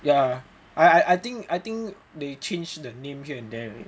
yeah I I think I think they changed the name here and there already